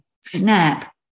Snap